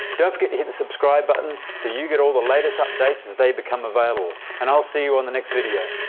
don't forget to hit the subscribe button so you get all the latest updates as they become available and i'll see you on the next video